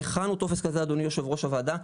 הכנו טופס כזה אדוני יו"ר הוועדה,